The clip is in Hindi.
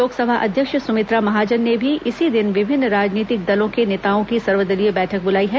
लोकसभा अध्यक्ष सुमित्रा महाजन ने भी इसी दिन विभिन्न राजनीतिक दलों के नेताओं की सर्वदलीय बैठक बुलाई है